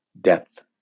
depth